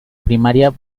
primaria